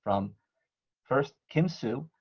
from first, kim sue,